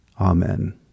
Amen